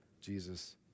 Jesus